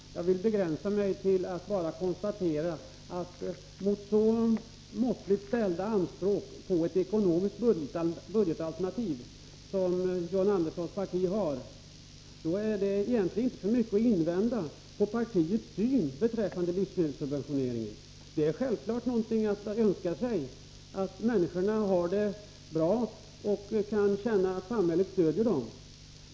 Fru talman! Jag vill begränsa mig till att konstatera att så måttliga anspråk på ett ekonomiskt budgetalternativ som John Anderssons parti har är det inte mycket att invända mot partiets syn beträffande livsmedelssubventioneringen. Det är självfallet någonting att önska sig, att människorna har det bra och kan känna att samhället stöder dem.